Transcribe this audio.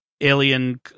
alien